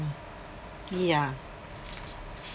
ya